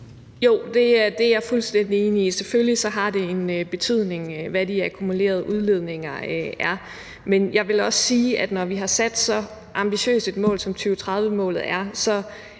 Jo, det er jeg fuldstændig enig i. Selvfølgelig har det en betydning, hvad de akkumulerede udledninger er. Men jeg vil også sige, at når vi har sat så ambitiøst et mål, som 2030-målet er,